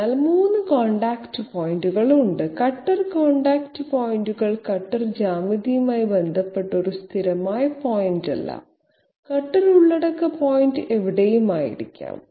അതിനാൽ മൂന്ന് കോൺടാക്റ്റ് പോയിന്റുകൾ ഉണ്ട് കട്ടർ കോൺടാക്റ്റ് പോയിന്റുകൾ കട്ടർ ജ്യാമിതിയുമായി ബന്ധപ്പെട്ട് ഒരു സ്ഥിരമായ പോയിന്റല്ല കട്ടർ ഉള്ളടക്ക പോയിന്റ് എവിടെയും ആയിരിക്കാം